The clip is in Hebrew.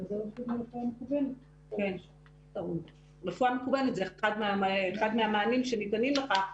רפואה מקוונת זה אחד מהמענים שניתנים לכך,